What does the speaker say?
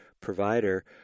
provider